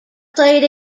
played